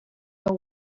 your